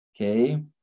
Okay